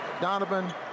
Donovan